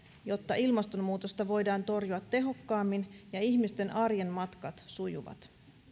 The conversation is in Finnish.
jotta ilmastonmuutosta voidaan torjua tehokkaammin ja ihmisten arjen matkat sujuvat